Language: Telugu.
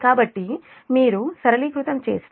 కాబట్టి మీరు సరళీకృతం చేస్తే అది j0